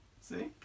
See